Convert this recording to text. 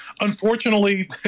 unfortunately